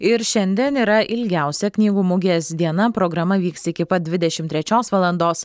ir šiandien yra ilgiausia knygų mugės diena programa vyks iki pat dvidešimt trečios valandos